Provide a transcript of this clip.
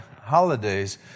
holidays